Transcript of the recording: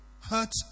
hurt